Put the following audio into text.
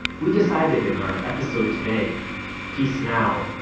we decided, in our episode today peace now.